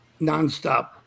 Nonstop